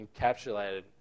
encapsulated